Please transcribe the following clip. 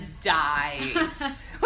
dies